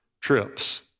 trips